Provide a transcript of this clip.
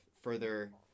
further